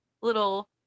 little